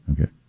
okay